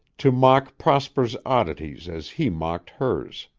to mock prosper's oddities as he mocked hers.